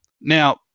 now